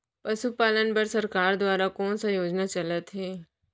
पशुपालन बर सरकार दुवारा कोन स योजना चलत हे?